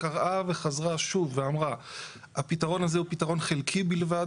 קראה וחזרה שוב ואמרה הפתרון הזה הוא פתרון חלקי בלבד,